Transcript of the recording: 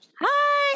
Hi